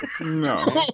No